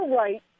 right